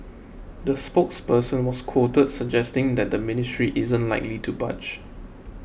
the spokesperson was quoted suggesting that the ministry isn't likely to budge